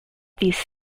these